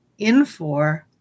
Infor